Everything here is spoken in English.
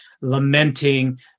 lamenting